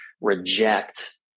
reject